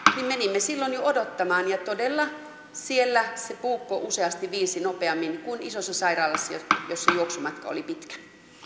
menimme jo silloin odottamaan ja todella siellä se puukko useasti viilsi nopeammin kuin isossa sairaalassa jossa juoksumatka oli pitkä